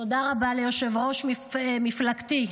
תודה רבה ליושב-ראש מפלגתי,